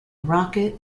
rocket